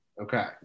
Okay